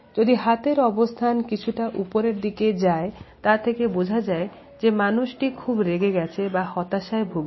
যদি হাতের অবস্থান কিছুটা উপরের দিকে যায় তা থেকে বোঝা যায় যে মানুষটি খুব রেগে গেছে বা হতাশায় ভুগছে